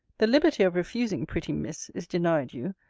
the liberty of refusing, pretty miss, is denied you,